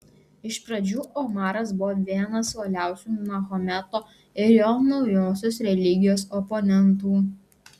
iš pradžių omaras buvo vienas uoliausių mahometo ir jo naujosios religijos oponentų